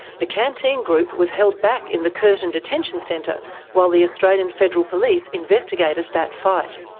the canteen group was held back in the curtin detention centre while the australian federal police investigated that fight.